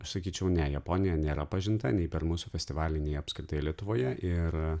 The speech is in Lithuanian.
aš sakyčiau ne japonija nėra pažinta nei per mūsų festivalį nei apskritai lietuvoje ir